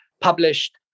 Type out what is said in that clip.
published